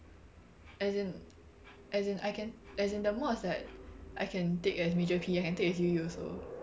as in as in I can as in the mods that I can take as major P_E I can take as U_E also